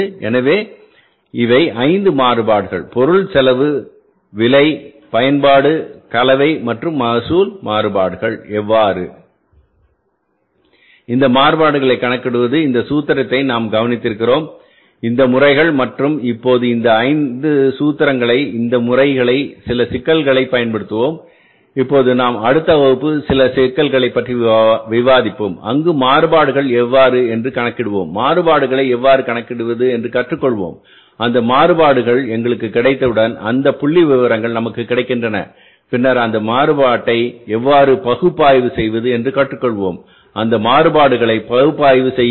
எனவே இவை 5 மாறுபாடுகள் பொருள் செலவு விலை பயன்பாடு கலவை மற்றும் மகசூல் மாறுபாடுஎவ்வாறுஎன்பது இந்த மாறுபாடுகளைகணக்கிடுவதுஇந்த சூத்திரத்தை நாம் கவனித்திருக்கிறோம் இந்த முறைகள் மற்றும் இப்போது இந்த சூத்திரங்களை இந்த முறைகளை சில சிக்கல்களுக்குப் பயன்படுத்துவோம் இப்போது நாம் அடுத்த வகுப்பு சில சிக்கல்களைப் பற்றி விவாதிப்போம் அங்கு மாறுபாடுகளை எவ்வாறு கணக்கிடுவோம் மாறுபாடுகளை எவ்வாறு கணக்கிடுவது என்பதைக் கற்றுக்கொள்வோம் அந்த மாறுபாடுகள் எங்களுடன் கிடைத்தவுடன் அந்த புள்ளிவிவரங்கள் நமக்கு கிடைக்கின்றன பின்னர் அந்த மாறுபாட்டை எவ்வாறு பகுப்பாய்வு செய்வது என்று கற்றுக்கொள்வோம் அந்த மாறுபாடுகளை பகுப்பாய்வு செய்யுங்கள்